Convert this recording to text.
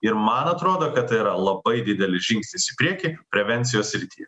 ir man atrodo kad tai yra labai didelis žingsnis į priekį prevencijos srity